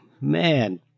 man